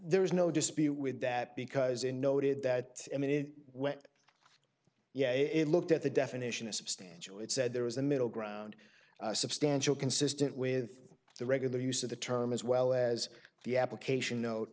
there is no dispute with that because in noted that i mean it went yeah it looked at the definition of substantial it said there was a middle ground substantial consistent with the regular use of the term as well as the application note